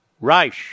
Reich